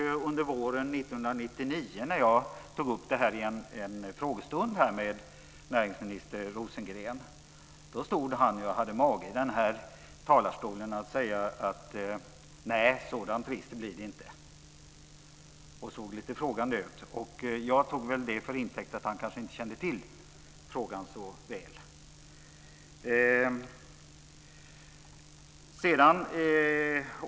Under våren 1999 när jag tog upp detta i en frågestund med näringsminister Rosengren så hade han mage att stå i denna talarstol och säga: Nej, något sådant register blir det inte. Han såg lite frågande ut, och jag tog det till intäkt för att han kanske inte kände till frågan så väl.